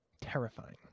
Terrifying